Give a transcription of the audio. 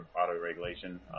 auto-regulation